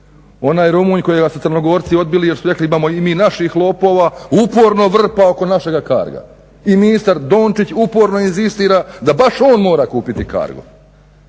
onaj Rumunj kojega su Crnogorci jer su rekli imamo i mi naših lopova uporno vrpa oko našega Carga i ministar Dončić uporno inzistira da baš on mora kupiti Cargo.